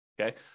okay